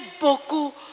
beaucoup